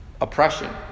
oppression